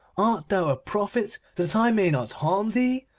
art thou a prophet, that i may not harm thee,